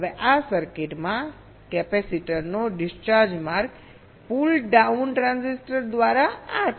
હવે આ સર્કિટમાં કેપેસિટરનો ડિસ્ચાર્જિંગ માર્ગ પુલ ડાઉન ટ્રાન્ઝિસ્ટર દ્વારા આ છે